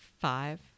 Five